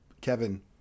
Kevin